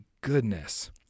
goodness